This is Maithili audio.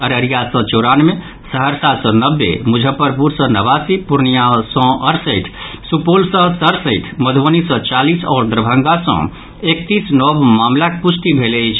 अररिया सँ चौरानवे सहरसा सँ नब्बे मुजफ्फरपुर सँ नवासी पूर्णियां सँ अड़सठि सुपौल सँ सड़सठि मधुबनी सँ चालीस आओर दरभंगा सँ एकतीस नव मामिलाक पुष्टि भेल अछि